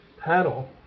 paddle